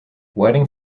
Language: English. wedding